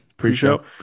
pre-show